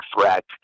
threat